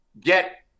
get